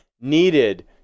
needed